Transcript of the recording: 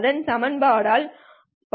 all வழங்கப்படுகிறது